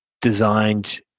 designed